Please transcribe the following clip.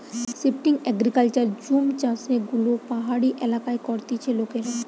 shifting agriculture jhum চাষযেগুলো পাহাড়ি এলাকায় করতিছে লোকেরা